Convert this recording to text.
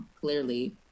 clearly